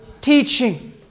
Teaching